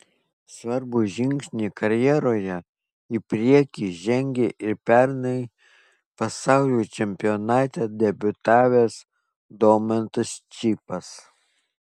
svarbų žingsnį karjeroje į priekį žengė ir pernai pasaulio čempionate debiutavęs domantas čypas